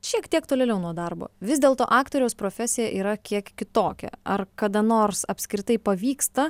šiek tiek tolėliau nuo darbo vis dėlto aktoriaus profesija yra kiek kitokia ar kada nors apskritai pavyksta